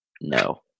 No